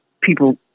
people